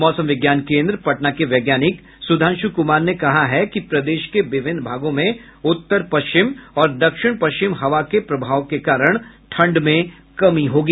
मौसम विज्ञान केन्द्र पटना के वैज्ञानिक सुधांशु कुमार ने कहा है कि प्रदेश के विभिन्न भागों में उत्तर पश्चिम और दक्षिण पश्चिम हवा के प्रभाव के कारण ठंड में कमी होगी